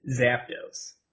Zapdos